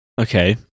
okay